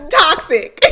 toxic